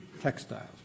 textiles